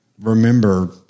remember